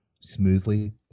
smoothly